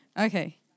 Okay